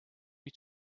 you